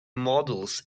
models